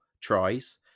tries